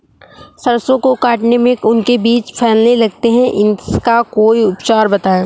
सरसो को काटने में उनके बीज फैलने लगते हैं इसका कोई उपचार बताएं?